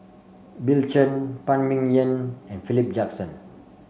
Bill Chen Phan Ming Yen and Philip Jackson